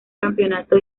campeonato